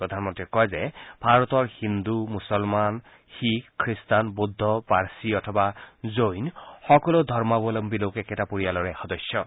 প্ৰধানমন্ত্ৰীয়ে কয় য়ে ভাৰতৰ হিন্দু মূছলমান শিখ খ্ৰীষ্টান বৌদ্ধ পাৰ্চী অথবা জৈন সকলো ধৰ্মবলন্বী লোক একেটা পৰিয়ালৰ সদস্য হয়